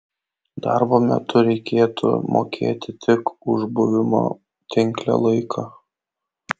darbo metu reikėtų mokėti tik už buvimo tinkle laiką